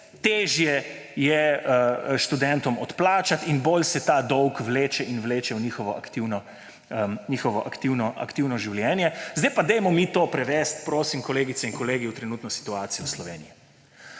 težje je študentom odplačati in bolj se ta dolg vleče in vleče v njihovo aktivno življenje. Zdaj pa prevedimo mi to, prosim, kolegice in kolegi, v trenutno situacijo v Sloveniji.